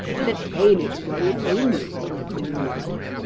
will attain its goal only through community.